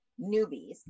newbies